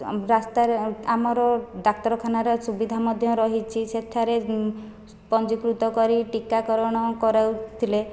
ରାସ୍ତାରେ ଆମର ଡାକ୍ତରଖାନାର ସୁବିଧା ମଧ୍ୟ ରହିଛି ସେଠାରେ ପଞ୍ଜୀକୃତ କରି ଟିକାକରଣ କରାଉଥିଲେ